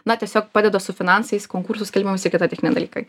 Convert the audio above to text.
na tiesiog padeda su finansais konkursų skelbimais ir kiti techniniai dalykai